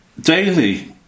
daily